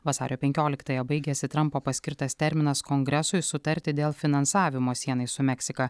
vasario penktioliktąją baigiasi trampo paskirtas terminas kongresui sutarti dėl finansavimo sienai su meksika